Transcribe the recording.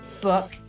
book